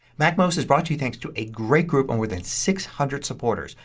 macmost is brought to you thanks to a great group of more than six hundred supporters.